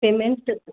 payment